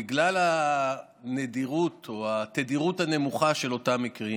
בגלל הנדירות או התדירות הנמוכה של אותם מקרים,